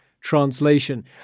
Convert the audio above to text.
translation